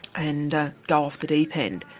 and go off the deep end.